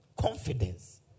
Confidence